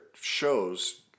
shows